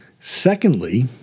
Secondly